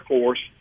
Force